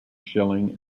shilling